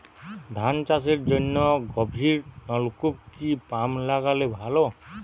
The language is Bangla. ধান চাষের জন্য গভিরনলকুপ কি পাম্প লাগালে ভালো?